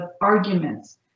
arguments